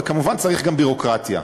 וכמובן צריך גם ביורוקרטיה.